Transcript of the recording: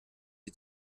die